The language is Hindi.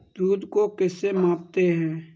दूध को किस से मापते हैं?